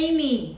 Amy